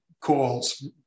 calls